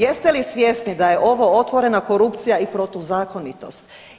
Jeste li svjesni da je ovo otvorena korupcija i protuzakonitost?